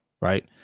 right